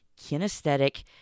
kinesthetic